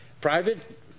Private